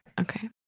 Okay